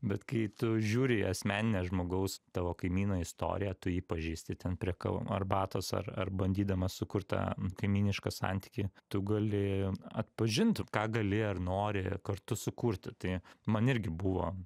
bet kai tu žiūri į asmeninę žmogaus tavo kaimyno istoriją tu jį pažįsti ten prie kavo arbatos ar ar bandydamas sukurt tą kaimynišką santykį tu gali atpažint ką gali ar nori kartu sukurti tai man irgi buvo